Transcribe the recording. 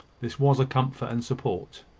this was a comfort and support.